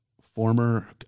former